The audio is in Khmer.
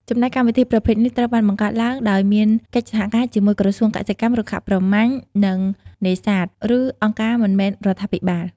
ចំណែកកម្មវិធីប្រភេទនេះត្រូវបានបង្កើតឡើងដោយមានកិច្ចសហការជាមួយក្រសួងកសិកម្ម រុក្ខាប្រមាញ់ និងនេសាទ ឬអង្គការមិនមែនរដ្ឋាភិបាល។